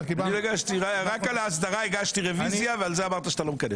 רק על ההסדרה הגשתי רביזיה ועל זה אמרת שאתה לא מכנס.